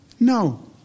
No